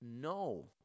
No